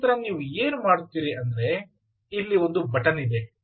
ತದನಂತರ ನೀವು ಏನು ಮಾಡುತ್ತೀರಿ ಅಂದರೆ ಇಲ್ಲಿ ಒಂದು ಬಟನ್ ಇದೆ